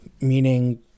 Meaning